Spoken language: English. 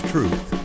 Truth